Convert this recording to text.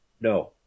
No